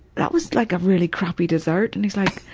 that was like a really crappy dessert. and he's like,